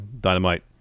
dynamite